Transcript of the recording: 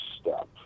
step